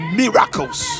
miracles